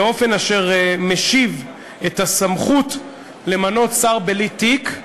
באופן אשר משיב את הסמכות למנות שר בלי תיק,